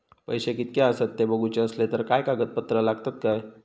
पैशे कीतके आसत ते बघुचे असले तर काय कागद पत्रा लागतात काय?